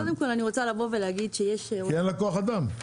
כי אין לה כוח אדם.